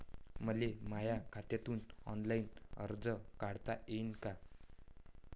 मले माया खात्यातून ऑनलाईन कर्ज काढता येईन का?